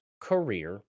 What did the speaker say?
career